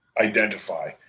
identify